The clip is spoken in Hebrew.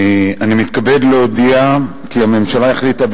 אני מתכבד להודיע כי הממשלה החליטה,